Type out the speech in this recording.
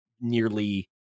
nearly